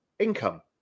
Income